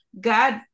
God